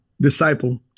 disciple